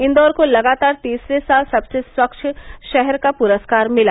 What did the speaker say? इंदौर को लगातार तीसरे साल सबसे स्वच्छ शहर का पुरस्कार मिला